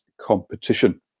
competition